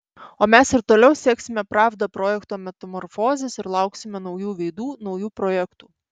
o mes ir toliau seksime pravda projekto metamorfozes ir lauksime naujų veidų naujų projektų